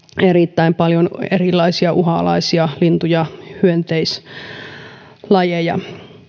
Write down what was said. erittäin paljon erilaisia uhanalaisia lintu ja hyönteislajeja